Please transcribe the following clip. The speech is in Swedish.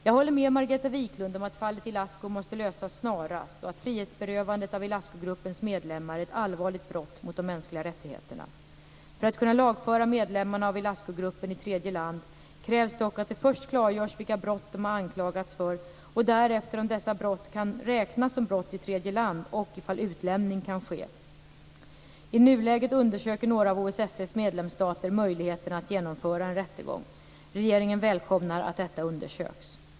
Jag håller med Margareta Viklund om att fallet Ilascu måste lösas snarast och att frihetsberövandet av Ilascu-gruppens medlemmar är ett allvarligt brott mot de mänskliga rättigheterna. För att kunna lagföra medlemmarna av Ilascu-gruppen i tredje land krävs dock att det först klargörs vilka brott de har anklagats för, och därefter om dessa brott kan räknas som brott i det tredje landet samt ifall utlämning kan ske. I nuläget undersöker några av OSSE:s medlemsstater möjligheterna att genomföra en rättegång. Regeringen välkomnar att detta undersöks.